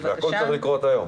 והכול צריך לקרות היום.